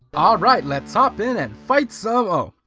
alright, let's hop in and fight some oh.